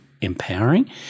empowering